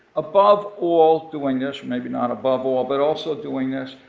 above all doing this, or maybe not above all, but also doing this,